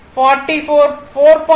482 மற்றும் Rab 6